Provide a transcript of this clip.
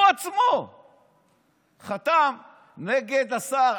הוא עצמו חתם נגד השר.